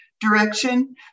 direction